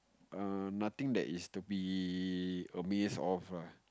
err nothing that is to be amazed of ah